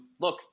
look